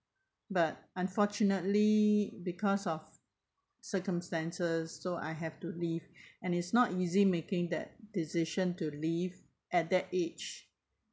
but unfortunately because of circumstances so I have to leave and is not easy making that decision to leave at that age